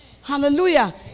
Hallelujah